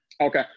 Okay